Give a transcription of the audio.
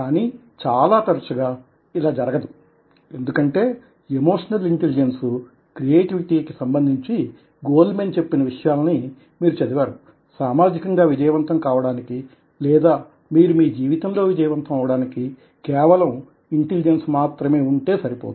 కానీ చాలా తరచుగా ఇలా జరగదు ఎందుకంటే ఎమోషనల్ ఇంటెలిజెన్స్క్రియేటివిటీ కి సంబంధించి గోల్మెన్ చెప్పిన విషయాలని మీరు చదివారుసామాజికంగా విజయవంతం కావడానికి లేదా మీరు మీ జీవితంలో విజయవంతం అవడానికీ కేవలం ఇంటెలిజెన్స్ మాత్రమే వుంటే సరిపోదు